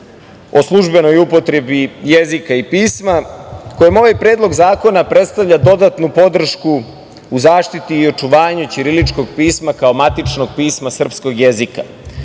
o službenoj upotrebi jezika i pisma kojim ovaj predlog zakona predstavlja dodatnu podršku u zaštiti i očuvanju ćiriličkog pisma kao matičnog pisma srpskog jezika.